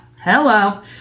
hello